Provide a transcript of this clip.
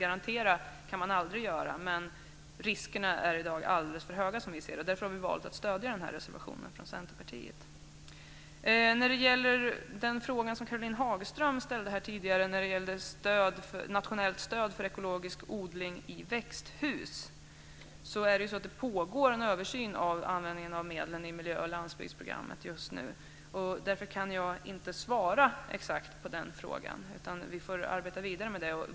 Garantera kan man aldrig göra, men riskerna är i dag alldeles för höga som vi ser det. Därför har vi valt att stödja den här reservationen från Centerpartiet. När det gäller Caroline Hagströms fråga här tidigare om ett nationellt stöd för ekologisk odling i växthus pågår det en översyn av användningen av medlen i miljö och landsbygdsprogrammet just nu. Därför kan jag inte svara exakt på frågan, utan vi får arbeta vidare med detta.